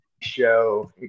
show